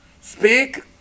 speak